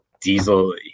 Diesel